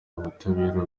ubutabera